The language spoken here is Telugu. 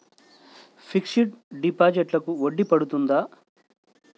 ఫిక్సడ్ డిపాజిట్లకు వడ్డీ పడుతుందా?